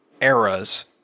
eras